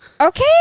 Okay